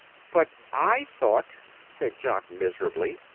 but i thought, said jock, miserably,